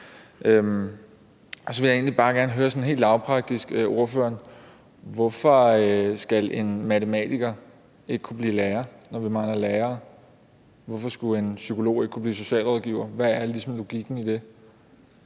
Så vil jeg egentlig bare gerne høre ordføreren sådan helt lavpraktisk: Hvorfor skal en matematiker ikke kunne blive lærer, når vi mangler lærere? Hvorfor skulle en psykolog ikke kunne blive socialrådgiver? Altså, hvad er logikken i det?